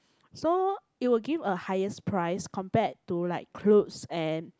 so it will give a higher price compared to like clothes and